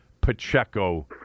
Pacheco